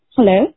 Hello